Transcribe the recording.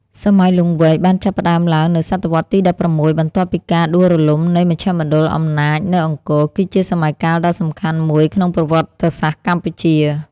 សម័យលង្វែក បានចាប់ផ្ដើមឡើងនៅសតវត្សរ៍ទី ១៦ បន្ទាប់ពីការដួលរលំនៃមជ្ឈមណ្ឌលអំណាចនៅអង្គរ គឺជាសម័យកាលដ៏សំខាន់មួយក្នុងប្រវត្តិសាស្ត្រកម្ពុជា។